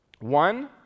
One